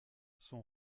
son